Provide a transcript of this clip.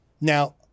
now